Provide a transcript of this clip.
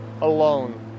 alone